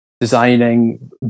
Designing